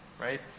right